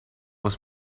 was